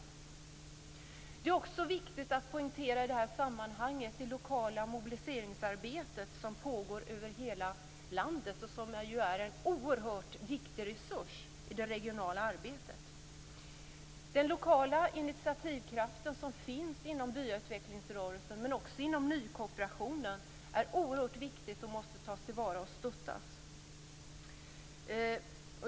I det här sammanhanget är det också viktigt att poängtera det lokala mobiliseringsarbete som pågår över hela landet. Det är ju en oerhört viktig resurs i det regionala arbetet. Den lokala initiativkraft som finns inom byautvecklingsrörelsen och inom nykooperationen är oerhört viktig och måste tas till vara och stöttas.